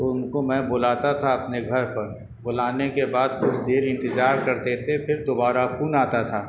تو ان کو میں بلاتا تھا اپنے گھر پر بلانے کے بعد کچھ دیر انتظار کرتے تھے پھر دوبارہ فون آتا تھا